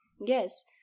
Yes